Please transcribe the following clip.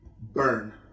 Burn